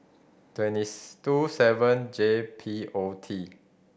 twenty two seven J P O T